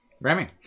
Remy